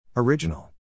Original